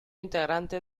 integrante